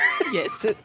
Yes